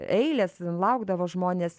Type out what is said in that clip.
eilės laukdavo žmonės